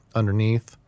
underneath